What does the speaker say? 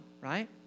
right